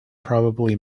probably